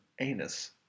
anus